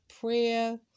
Prayer